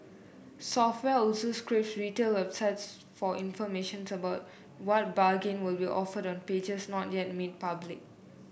software also scrape retail websites for information about what bargain will be offered on pages not yet made public